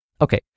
Okay